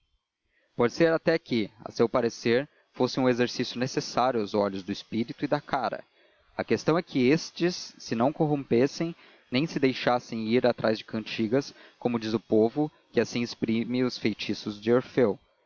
pode ser até que a seu parecer fosse um exercício necessário aos olhos do espírito e da cara a questão é que estes se não corrompessem nem se deixassem ir atrás de cantigas como diz o povo que assim exprime os feitiços de orfeu